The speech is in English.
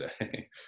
today